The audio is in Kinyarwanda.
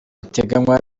biteganywa